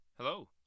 hello